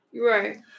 Right